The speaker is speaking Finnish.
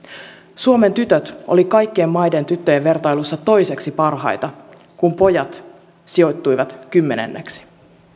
suomen tytöt olivat kaikkien maiden tyttöjen vertailussa toiseksi parhaita kun pojat sijoittuivat kymmenenneksi